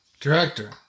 Director